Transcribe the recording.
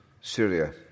Syria